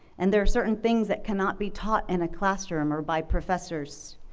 and there are certain things that cannot be taught in a classroom or by professors.